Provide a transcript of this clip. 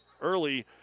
Early